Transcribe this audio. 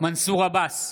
מנסור עבאס,